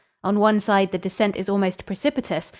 on one side the descent is almost precipitous,